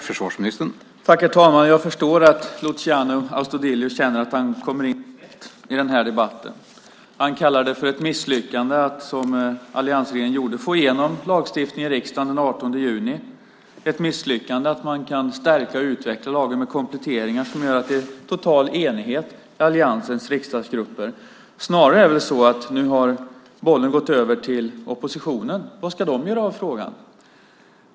Herr talman! Jag förstår att Luciano Astudillo känner att han kommer in snett i den här debatten. Han kallar det för ett misslyckande att, som alliansregeringen gjorde, få igenom lagstiftningen i riksdagen den 18 juni. Det är ett misslyckande att man kan stärka och utveckla lagen med kompletteringar som gör att det blir total enighet i alliansens riksdagsgrupper. Snarare är det väl så att bollen nu har gått över till oppositionen. Vad ska ni göra med frågan?